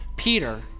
Peter